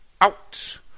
out